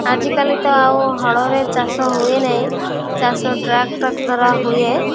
ଆଜିକାଲି ତ ଆଉ ହଳରେ ଚାଷ ହୁଏ ନାହିଁ ଚାଷ ଟ୍ରାକ୍ଟର୍ ଦ୍ଵାରା ହୁଏ